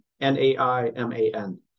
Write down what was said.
n-a-i-m-a-n